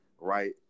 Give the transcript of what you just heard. right